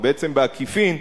ובעקיפין,